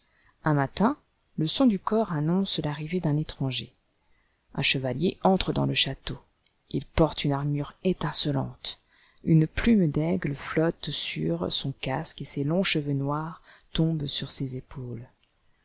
un matin le son du cor annonce l'arrivée d'un étranger un chevalier entre dans le château il porte une armure étincelante une plume d'aigle flotte sur son casque et ses longs cheveux noirs tombent sur ses épaules